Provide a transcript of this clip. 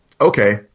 okay